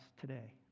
today